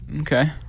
Okay